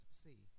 see